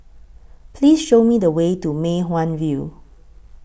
Please Show Me The Way to Mei Hwan View